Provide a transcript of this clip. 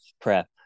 prep